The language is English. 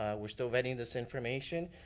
we're still vetting this information.